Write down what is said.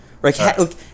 right